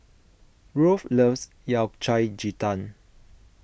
Rolf loves Yao Cai Ji Tang